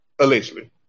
allegedly